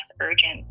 urgent